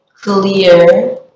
clear